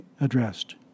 addressed